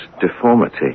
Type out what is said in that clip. deformity